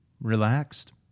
Relaxed